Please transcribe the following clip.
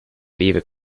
beaver